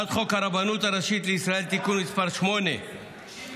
הצעת חוק הרבנות הראשית לישראל (תיקון מס' 8)